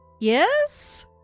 Yes